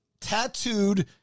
tattooed